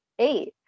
eight